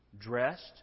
dressed